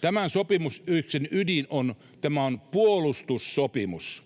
Tämän sopimuksen ydin on, että tämä on puolustussopimus.